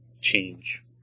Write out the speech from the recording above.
change